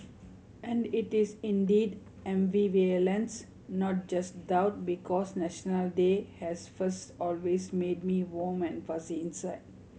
and it is indeed ambivalence not just doubt because National Day has first always made me warm and fuzzy inside